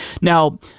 now